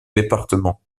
département